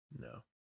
No